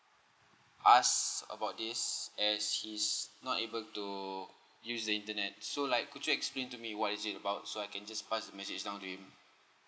ask about this as he's not able to use the internet so like could you explain to me what is it about so I can just pass the message down to him